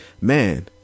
man